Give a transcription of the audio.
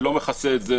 זה לא מכסה את זה,